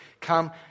come